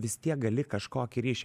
vis tiek gali kažkokį ryšį